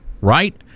Right